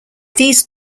these